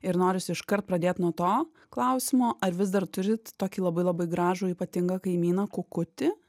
ir norisi iškart pradėt nuo to klausimo ar vis dar turit tokį labai labai gražų ypatingą kaimyną kukutį